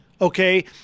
Okay